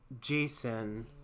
Jason